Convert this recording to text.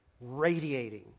radiating